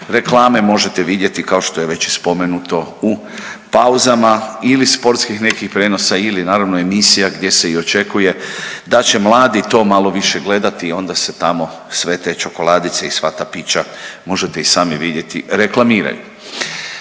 reklame možete vidjeti, kao što je već i spomenuto, u pauzama ili sportskih nekih prijenosa ili naravno emisija gdje se i očekuje da će mladi to malo više gledati i onda se tamo sve te čokoladice i sva ta pića, možete i sami vidjeti, reklamiraju.